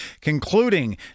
concluding